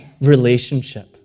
relationship